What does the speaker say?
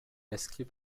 masquée